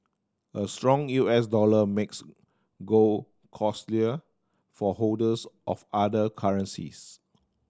a strong U S dollar makes gold costlier for holders of other currencies